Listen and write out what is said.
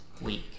week